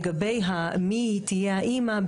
לגבי מי תהיה האמא,